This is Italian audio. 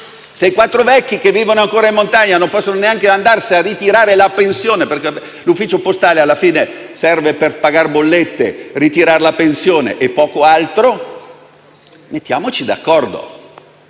Se i quattro vecchi che vivono ancora in montagna non possono neanche andare a ritirare la pensione - l'ufficio postale alla fine serve per pagare le bollette, per ritirare la pensione e per poco altro - allora mettiamoci d'accordo.